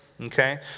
Okay